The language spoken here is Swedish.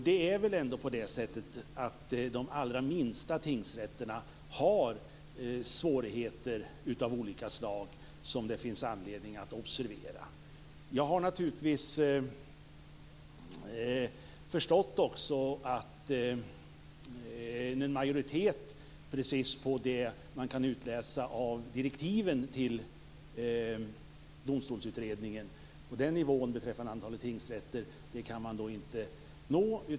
Det är väl ändå på det sättet att de allra minsta tingsrätterna har svårigheter av olika slag som det finns anledning att observera. Jag har naturligtvis också förstått att man inte kan nå en majoritet precis för det som man kan utläsa av direktiven till domstolsutredningen beträffande nivån på antalet tingsrätter.